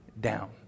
down